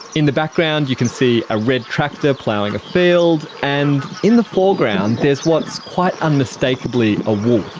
in the background you can see a red tractor ploughing a field, and in the foreground there's what is quite unmistakably a wolf.